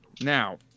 now